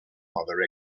other